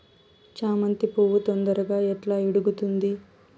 చామంతి పువ్వు తొందరగా ఎట్లా ఇడుగుతుంది?